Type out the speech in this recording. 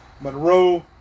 Monroe